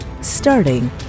starting